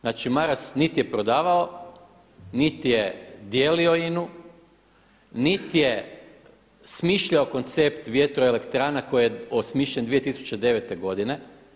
Znači Maras niti je prodavao, niti je dijelio INA-u, niti je smišljao koncept vjetroelektrana koji je osmišljen 2009. godine.